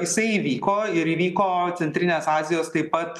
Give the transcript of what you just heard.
jisai įvyko ir įvyko centrinės azijos taip pat